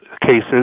cases